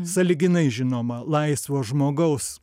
sąlyginai žinoma laisvo žmogaus